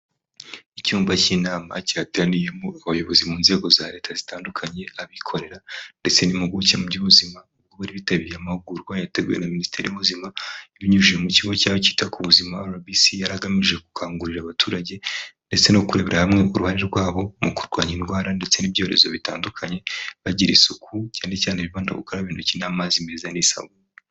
Icyumba cy'inama cyateraniyemo abayobozi mu nzego za leta zitandukanye, abikorera ndetse n'impuguke mu by'ubuzima, bari bitabiriye amahugurwa yateguwe na minisiteri y'ubuzima ibinyujije mu kigo cyayo cyita ku buzima RBC yari igamije gukangurira abaturage ndetse no kurebera hamwe uruhare rwabo, mu kurwanya indwara ndetse n'ibyorezo bitandukanye, bagira isuku cyane cyane bibanda gukaraba intoki n'amazi meza n'isabune.